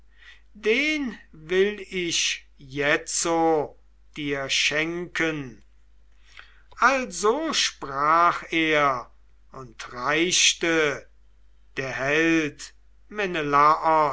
den will ich jetzo dir schenken also sprach er und reichte der held